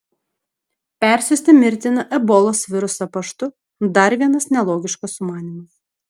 persiųsti mirtiną ebolos virusą paštu dar vienas nelogiškas sumanymas